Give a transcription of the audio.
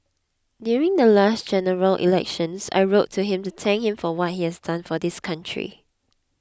during the last General Elections I wrote to him to thank him for what he has done for this country